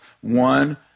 one